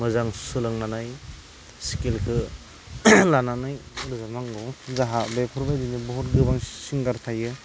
मोजां सोलोंनानै स्केलखौ लानानै खनजोबनांगौ जोंहा बेफोरबायदिनो बहुद सिंगार थायो